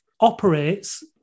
operates